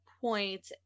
point